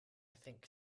think